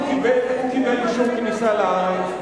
הוא קיבל אישור כניסה לארץ,